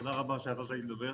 תודה רבה שנתת לי לדבר.